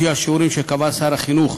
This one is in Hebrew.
בשיעורים שקבע שר החינוך,